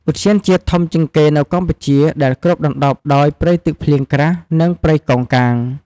ទ្យានជាតិធំជាងគេនៅកម្ពុជាដែលគ្របដណ្ដប់ដោយព្រៃទឹកភ្លៀងក្រាស់ និងព្រៃកោងកាង។